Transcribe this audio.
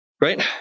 right